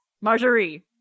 Marjorie